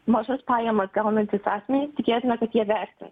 mažas pajamas gaunantys asmenys tikėtina kad jie vertins